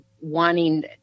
wanting